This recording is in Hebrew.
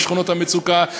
בשכונות המצוקה,